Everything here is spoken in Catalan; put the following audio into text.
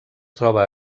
troba